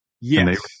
Yes